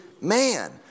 man